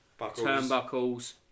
turnbuckles